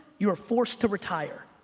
you are forced to retire.